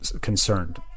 concerned